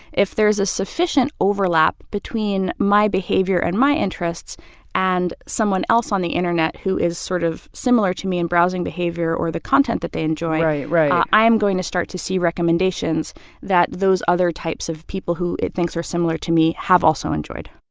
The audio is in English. if there is a sufficient overlap between my behavior and my interests and someone else on the internet who is sort of similar to me in browsing behavior or the content that they enjoy. right, right i am going to start to see recommendations that those other types of people who it thinks are similar to me have also enjoyed